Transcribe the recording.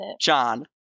John